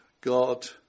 God